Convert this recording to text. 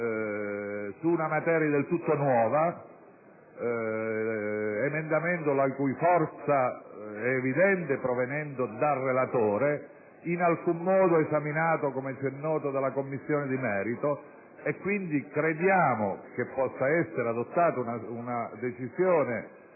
su una materia del tutto nuova. Questo emendamento - la cui forza è evidente, provenendo dal relatore - non è stato in alcun modo esaminato, come ci è noto, dalla Commissione di merito e, quindi, crediamo che possa essere adottata una decisione